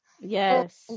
yes